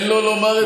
תן לו לומר את דברו,